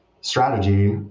strategy